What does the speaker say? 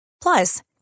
Plus